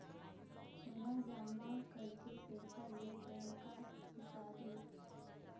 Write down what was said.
सोना जमा करके पैसा ले गए का हिसाब हे?